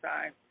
Time